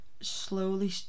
slowly